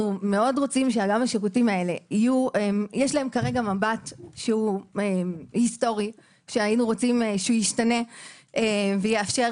לשירותים האלה כרגע יש מבט היסטורי שהיינו רוצים שישתנה ויאפשר